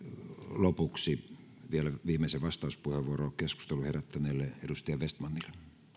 lopuksi vielä viimeisen vastauspuheenvuoron keskustelun herättäneelle edustaja vestmanille